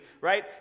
right